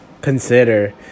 consider